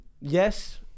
yes